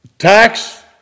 Tax